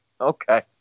Okay